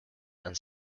and